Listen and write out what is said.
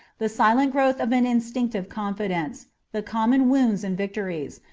the silent growth of an instinctive con fidence, the common wounds and victories,